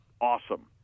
awesome